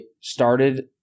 started